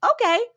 okay